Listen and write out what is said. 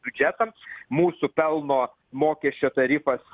biudžetams mūsų pelno mokesčio tarifas